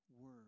word